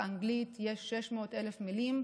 באנגלית יש 600,000 מילים,